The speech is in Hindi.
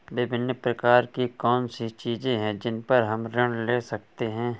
विभिन्न प्रकार की कौन सी चीजें हैं जिन पर हम ऋण ले सकते हैं?